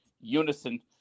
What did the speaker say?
unison